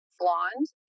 blonde